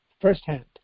firsthand